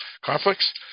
conflicts